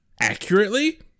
accurately